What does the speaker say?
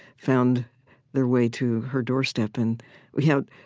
found their way to her doorstep. and we had,